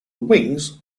wings